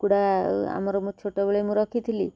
କୁକୁଡ଼ା ଆମର ମୁଁ ଛୋଟବେଳେ ମୁଁ ରଖିଥିଲି